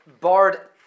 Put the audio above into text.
barred